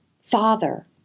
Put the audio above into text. Father